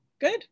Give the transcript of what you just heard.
Good